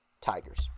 Tigers